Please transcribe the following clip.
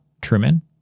Truman